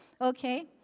Okay